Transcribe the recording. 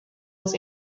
was